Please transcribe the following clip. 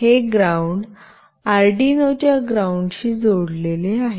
हे ground Arduino च्या ग्राउंडशी जोडलेले आहे